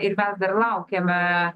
ir mes dar laukiame